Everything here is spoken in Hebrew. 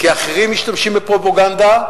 כי אחרים משתמשים בפרופגנדה,